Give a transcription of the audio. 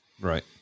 Right